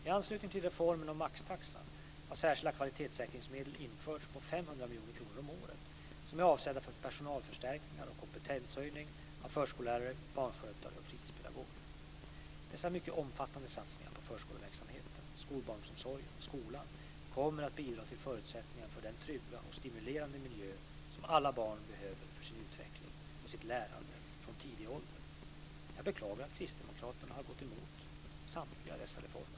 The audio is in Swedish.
I anslutning till reformen om maxtaxan har särskilda kvalitetssäkringsmedel införts på 500 miljoner kronor om året som är avsedda för personalförstärkningar och kompetenshöjning av förskollärare, barnskötare och fritidspedagoger. Dessa mycket omfattande satsningar på förskoleverksamheten, skolbarnsomsorgen och skolan kommer att bidra till förutsättningarna för den trygga och stimulerande miljö som alla barn behöver för sin utveckling och sitt lärande från tidig ålder. Jag beklagar att Kristdemokraterna har gått emot samtliga dessa reformer.